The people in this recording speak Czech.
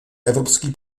evropský